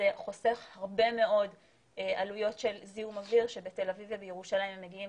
זה חוסך הרבה מאוד עלויות של זיהום אוויר שבתל אביב ובירושלים הם מגיעים